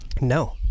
no